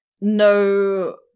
no